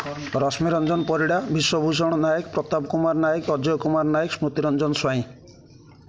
Rashmiranjan Parida Bishwabhushan Nayak Pratap Kumar Nayak Ajay Kumar Nayak Smrutiranjan Swain